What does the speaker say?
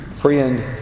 Friend